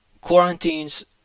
quarantines